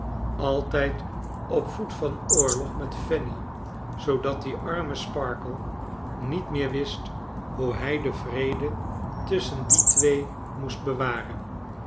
altijd op voet van oorlog met fanny zoodat die arme sparkler niet meer wist hoe hij den vrede tusschen die twee moest bewaren